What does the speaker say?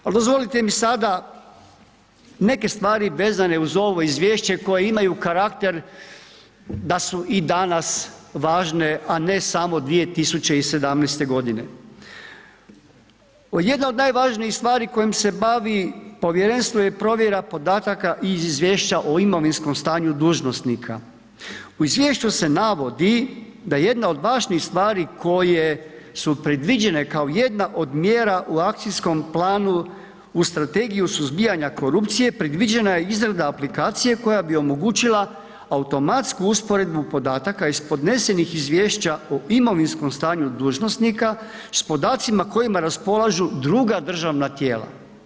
Al dozvolite mi sada, neke stvari vezane uz ovo izvješće koje imaju karakter da su i danas važne, a ne samo 2017.g. Jedna od najvažnijih stvari kojim se bavi povjerenstvo je provjera podataka iz izvješća o imovinskom stanju dužnosnika, u izvješću se navodi da jedna od važnih stvari koje su predviđene kao jedna od mjera u akcijskom planu u strategiju suzbijanja korupcije predviđena je izrada aplikacije koja bi omogućila automatsku usporedbu podataka iz podnesenih izvješća o imovinskom stanju dužnosnika s podacima kojima raspolažu druga državna tijela.